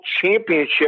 championship